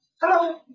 Hello